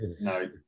no